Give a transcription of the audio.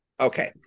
Okay